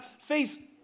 face